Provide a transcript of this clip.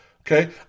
Okay